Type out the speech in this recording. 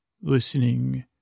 listening